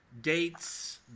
dates